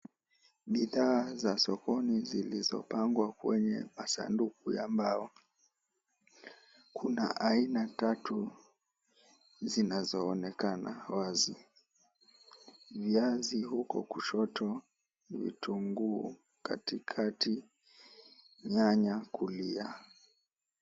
Bidhaa za sokoni zilizopangwa kwenye masanduku ya mbao. Kuna aina tatu zinazoonekana wazi: viazi huku kushoto, vitunguu katikati, nyanya kulia.